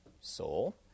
Soul